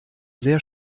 sehr